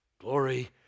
glory